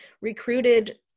recruited